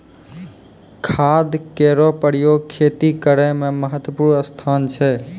खाद केरो प्रयोग खेती करै म महत्त्वपूर्ण स्थान छै